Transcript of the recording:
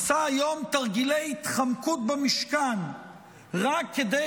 עשה היום תרגילי התחמקות במשכן רק כדי